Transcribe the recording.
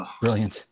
Brilliant